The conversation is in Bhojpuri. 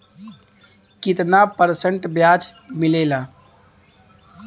कितना परसेंट ब्याज मिलेला?